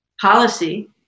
policy